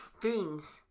Beans